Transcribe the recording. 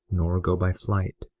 nor go by flight,